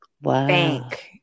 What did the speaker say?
bank